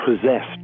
possessed